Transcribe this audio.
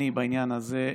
בעניין הזה,